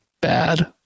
bad